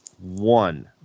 one